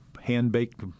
hand-baked